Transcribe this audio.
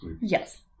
Yes